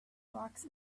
rocks